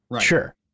Sure